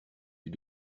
fût